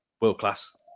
world-class